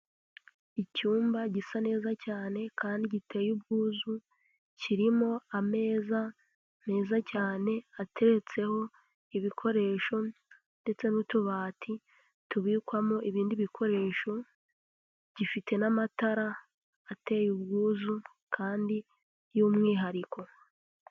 Icyumba gisa neza cyane kandi giteye ubwuzu, kirimo ameza meza cyane ateretseho ibikoresho, ndetse n'utubati tubikwamo ibindi bikoresho, gifite n'amatara ateye ubwuzu kandi by'umwihariko.